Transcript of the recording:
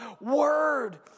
word